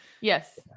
yes